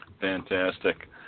Fantastic